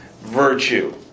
virtue